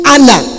Anna